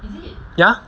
ya